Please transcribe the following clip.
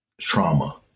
trauma